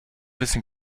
wissen